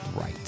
right